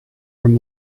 from